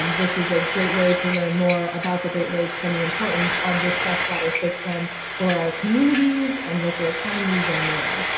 um this is a great way to learn more about the great lakes and the importance of this freshwater system for our communities and local economies and more.